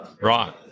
Right